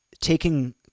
taking